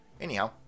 Anyhow